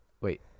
Wait